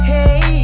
Hey